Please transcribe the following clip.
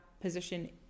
position